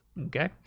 Okay